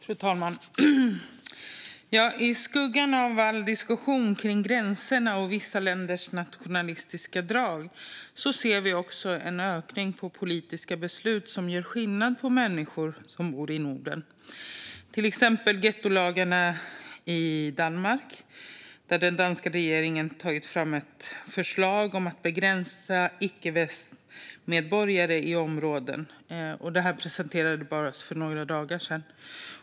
Fru talman! I skuggan av all diskussion kring gränserna och vissa länders nationalistiska drag ser vi också en ökning av politiska beslut som gör skillnad på människor som bor i Norden. Det gäller till exempel gettolagarna i Danmark, där den danska regeringen har tagit fram ett förslag om att begränsa icke-västmedborgare i vissa områden. Detta presenterades för bara några dagar sedan.